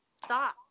Stop